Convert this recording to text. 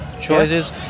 choices